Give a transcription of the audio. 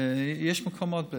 יש מקומות,